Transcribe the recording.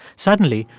suddenly,